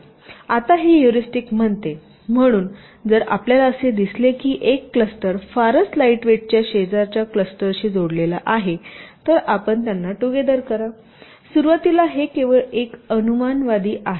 आता हे ह्युरीस्टिक म्हणते म्हणून जर आपल्याला असे दिसले की एक क्लस्टर फारच लाइटवेटच्या शेजारच्या क्लस्टरशी जोडलेला आहे तर आपण त्यांना टुगेदर करासुरुवातीला हे केवळ एक अनुमानवादी आहे